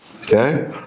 Okay